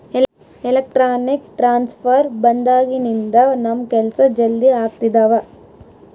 electronic transfer ಬಂದಾಗಿನಿಂದ ನಮ್ ಕೆಲ್ಸ ಜಲ್ದಿ ಆಗ್ತಿದವ